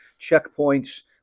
checkpoints